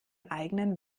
eigenen